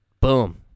Boom